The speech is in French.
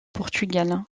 portugal